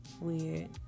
weird